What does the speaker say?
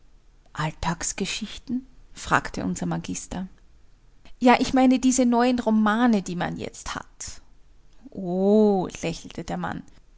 alltagsgeschichten fragte unser magister ja ich meine diese neuen romane die man jetzt hat o lächelte der mann